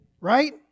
Right